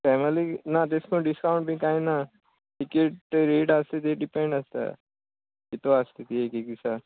family ना तेश कोन डिस्कावंट बी कांय ना तिकेट रेट आसा ते डिपेंड आसता कितू आसता ती एक एक दिसा